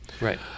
right